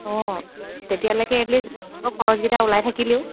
অঁ তেতিয়ালৈকে at least খৰচকিটা ওলাই থাকিলেও